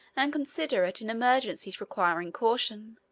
and considerate in emergencies requiring caution,